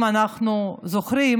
אם אנחנו זוכרים,